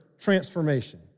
transformation